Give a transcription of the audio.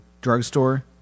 drugstore